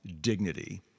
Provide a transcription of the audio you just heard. dignity